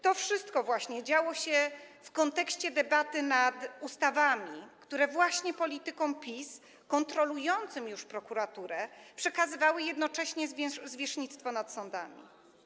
To wszystko właśnie działo się w kontekście debaty nad ustawami, które politykom PiS, kontrolującym już prokuraturę, przekazywały jednocześnie zwierzchnictwo nad sądami.